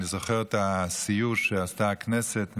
אני זוכר את הסיור שעשתה הכנסת לאושוויץ,